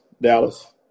Dallas